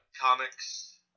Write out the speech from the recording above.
Comics